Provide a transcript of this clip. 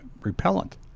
repellent